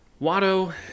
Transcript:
Watto